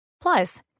Plus